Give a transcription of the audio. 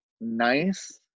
nice